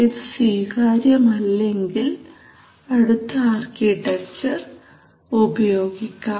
ഇത് സ്വീകാര്യമല്ലെങ്കിൽ അടുത്ത ആർക്കിടെക്ചർ ഉപയോഗിക്കാം